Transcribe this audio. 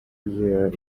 there